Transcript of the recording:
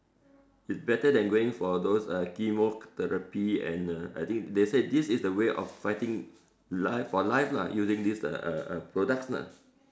it's better than going for those uh chemotherapy and uh I think they say this is the way of fighting life for life lah using this uh uh products lah